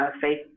faith